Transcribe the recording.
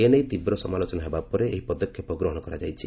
ଏ ନେଇ ତୀବ୍ର ସମାଲୋଚନା ହେବା ପରେ ଏହି ପଦକ୍ଷେପ ଗ୍ରହଣ କରାଯାଇଛି